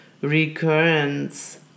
recurrence